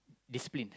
discipline